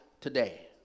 Today